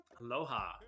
Aloha